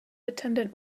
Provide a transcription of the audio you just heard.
attendant